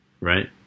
Right